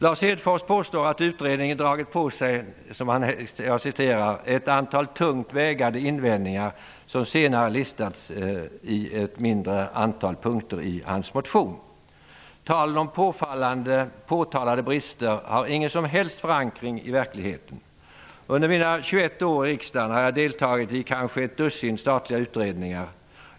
Lars Hedfors påstår att utredningen har dragit på sig ''ett antal tungt vägande invändningar'' som senare har listats i ett mindre antal punkter i hans motion. Talen om påtalade brister har ingen som helst förankring i verkligheten. Under mina 21 år i riksdagen har jag deltagit i kanske ett dussin statliga utredningar.